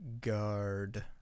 Guard